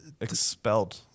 Expelled